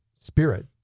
spirit